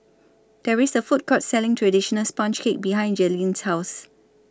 There IS A Food Court Selling Traditional Sponge Cake behind Jaylyn's House